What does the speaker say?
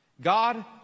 God